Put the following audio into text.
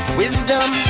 wisdom